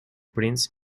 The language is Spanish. prince